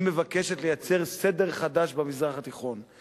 היא מבקשת לייצר סדר חדש במזרח התיכון.